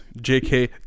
JK